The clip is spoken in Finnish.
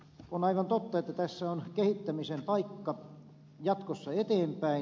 on aivan totta että tässä on kehittämisen paikka jatkossa eteenpäin